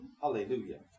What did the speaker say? Hallelujah